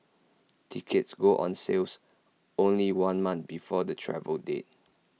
tickets go on sales only one month before the travel date